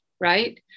right